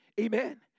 amen